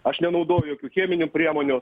aš nenaudoju jokių cheminių priemonių